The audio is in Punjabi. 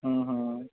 ਹੂੰ ਹੂੰ